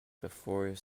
before